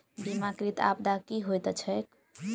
बीमाकृत आपदा की होइत छैक?